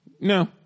No